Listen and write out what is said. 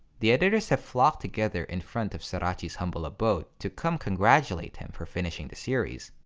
the editors have flocked together in front of sorachi's humble abode to come congratulate him for finishing the series,